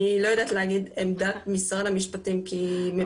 אני לא יודעת להגיד את עמדת משרד המשפטים כי,